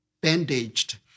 bandaged